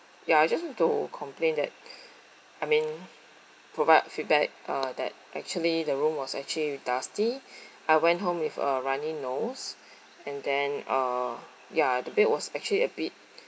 ya I just need to complain that I mean provide feedback uh that actually the room was actually dusty I went home with a runny nose and then uh ya the bed was actually a bit